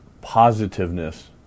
positiveness